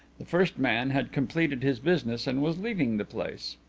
the first man had completed his business and was leaving the place.